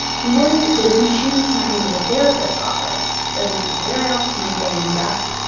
he worried that if machines snuck into the therapist's office, then where else might they end up?